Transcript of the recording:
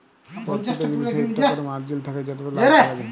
পরতিটা জিলিসের ইকট ক্যরে মারজিল থ্যাকে যেটতে লাভ ক্যরা যায়